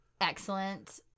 excellent